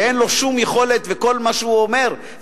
ואין לו שום יכולת וכל מה שהוא אומר אינו